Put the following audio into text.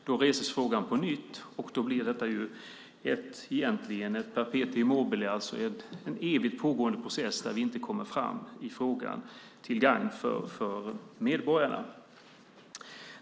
Frågan reses då på nytt, och då blir detta egentligen ett perpetuum mobile, alltså en evigt pågående process där vi inte kommer fram i frågan till gagn för medborgarna.